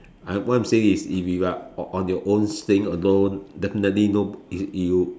what I'm saying is if you are on your own staying alone definitely no you you